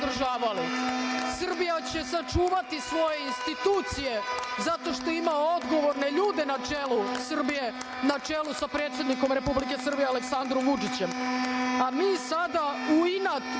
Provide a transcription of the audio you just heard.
sada u inat